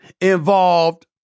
involved